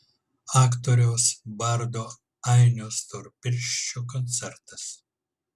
aktoriaus bardo ainio storpirščio koncertas